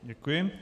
Děkuji.